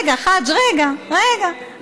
רגע,